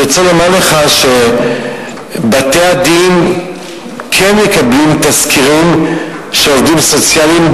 אני רוצה לומר לך שבתי-הדין כן מקבלים תסקירים של עובדים סוציאליים,